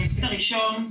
ההיבט הראשון,